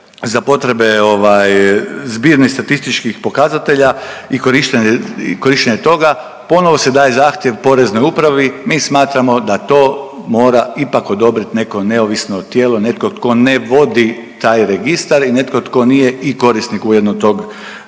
za potrebe ovaj zbirnih statističkih pokazatelja i korištenje toga ponovo se daje zahtjev Poreznoj upravi, mi smatramo da to mora ipak odobrit neko neovisno tijelo, netko tko ne vodi taj registar i netko tko nije i korisnik ujedno tog,